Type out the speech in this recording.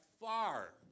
far